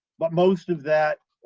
but most of that,